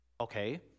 okay